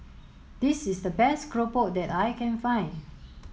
this is the best Keropok that I can find